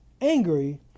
angry